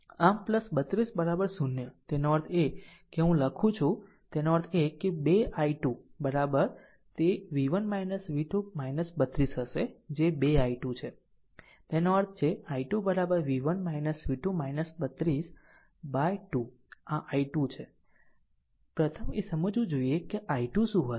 આમ 32 0 તેનો અર્થ એ કે હું અહીં લખું છું તેનો અર્થ એ કે 2 i2 તે v1 v2 32 હશે જે 2 i2 છે તેનો અર્થ છેi2 v1 v2 32 by 2 આ i2 છે પ્રથમ એ સમજવું જોઈએ કે i2 શું હશે